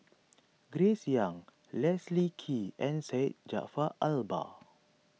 Grace Young Leslie Kee and Syed Jaafar Albar